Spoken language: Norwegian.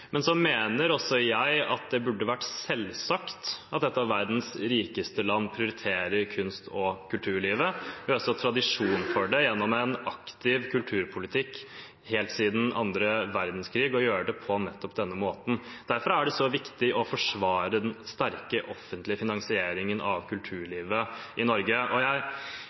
Men så mener også jeg at det burde vært selvsagt at et av verdens rikeste land prioriterer kunst- og kulturlivet. Vi har også tradisjon gjennom en aktiv kulturpolitikk helt siden 2. verdenskrig for å gjøre det på nettopp denne måten. Derfor er det så viktig å forsvare den sterke offentlige finansieringen av kulturlivet i Norge. Det jeg